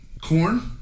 Corn